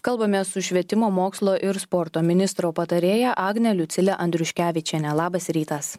kalbamės su švietimo mokslo ir sporto ministro patarėja agne liucile andriuškevičiene labas rytas